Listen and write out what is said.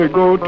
go